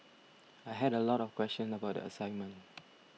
I had a lot of questions about the assignment